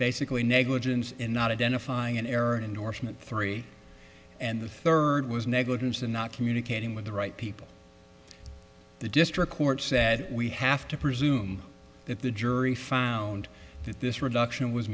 basically negligence in not identifying an error indorsement three and the third was negligence and not communicating with the right people the district court said we have to presume that the jury found that this reduction was